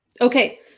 Okay